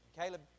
Caleb